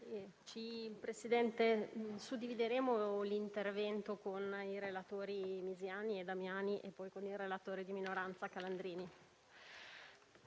Presidente, suddivideremo l'intervento con i relatori Misiani e Damiani e con il relatore di minoranza Calandrini.